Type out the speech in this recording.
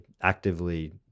actively